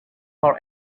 for